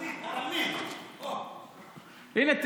הינה,